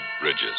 Bridges